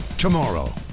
tomorrow